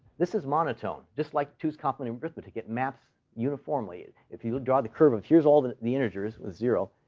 this is monotone, just like two's complement arithmetic. it maps uniformly. if you draw the curve of here's all the the integers with zero,